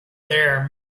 there